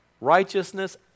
Righteousness